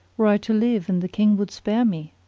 were i to live and the king would spare me?